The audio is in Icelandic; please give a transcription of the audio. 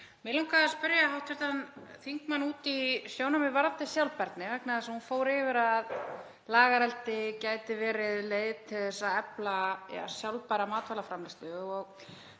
Mig langaði að spyrja hv. þingmann út í sjónarmið varðandi sjálfbærni vegna þess að hún fór yfir að lagareldi gæti verið leið til þess að efla sjálfbæra matvælaframleiðslu.